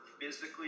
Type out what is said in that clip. physically